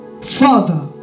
Father